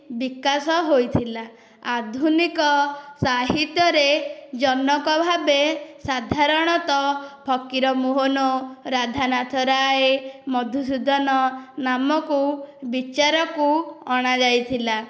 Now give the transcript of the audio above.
ବିକାଶ ହୋଇଥିଲା ଆଧୁନିକ ସାହିତ୍ୟରେ ଜନକ ଭାବେ ସାଧାରଣତଃ ଫକୀର ମୋହନ ରାଧାନାଥ ରାଏ ମଧୁସୂଦନ ନାମକୁ ବିଚାରକୁ ଅଣା ଯାଇଥିଲା